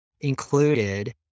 included